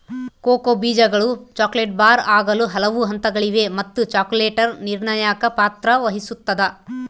cocoa ಬೀಜಗಳು chocolate bar ಆಗಲು ಹಲವು ಹಂತಗಳಿವೆ ಮತ್ತು ಚಾಕೊಲೇಟರ್ ನಿರ್ಣಾಯಕ ಪಾತ್ರ ವಹಿಸುತ್ತದ